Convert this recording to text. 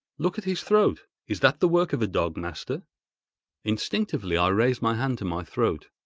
look at his throat. is that the work of a dog, master instinctively i raised my hand to my throat,